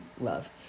love